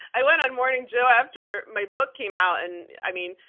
i went on morning joe after my book came out, and i mean,